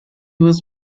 was